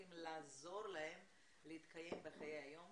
הולכים לעזור להם להתקיים בחיי היום